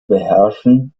beherrschen